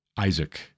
Isaac